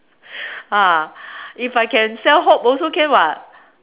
ah if I can sell hope also can [what]